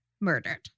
murdered